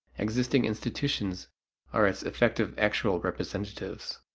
existing institutions are its effective actual representatives.